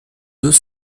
deux